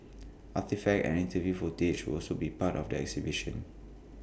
artefacts and interview footage will also be part of the exhibition